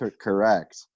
Correct